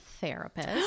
therapist